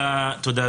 תודה,